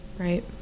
Right